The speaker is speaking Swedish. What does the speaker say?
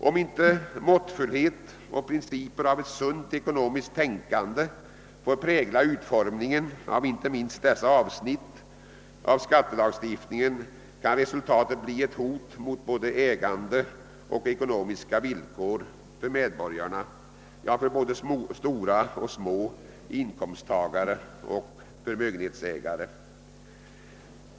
Om inte måttfullhet och sunt ekonomiskt tänkande får prägla utformningen av inte minst dessa avsnitt av skattelagstiftningen kan resultatet bli ett hot mot både ägande och ekonomiska villkor för medborgarna, för både stora och små inkomsttagare och förmögenhetsägare.